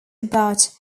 about